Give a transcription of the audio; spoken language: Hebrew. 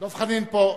דב חנין פה.